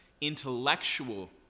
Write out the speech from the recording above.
intellectual